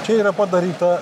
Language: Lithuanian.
čia yra padaryta